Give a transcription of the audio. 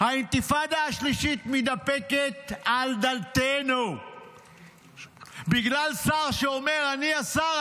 האינתיפאדה השלישית מתדפקת על דלתנו בגלל שר שאומר: אני השר,